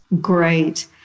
Great